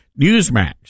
Newsmax